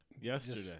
yesterday